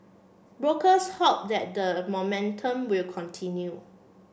brokers hope that the momentum will continue